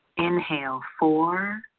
inhale four,